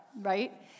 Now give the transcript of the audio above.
right